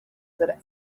that